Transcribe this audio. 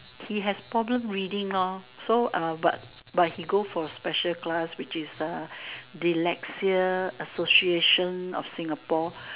he has problem reading so but but he go for special class which is dyslexia association of Singapore